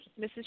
Mrs